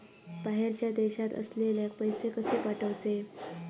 बाहेरच्या देशात असलेल्याक पैसे कसे पाठवचे?